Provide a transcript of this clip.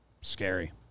scary